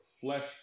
flesh